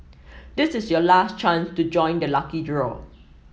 this is your last chance to join the lucky draw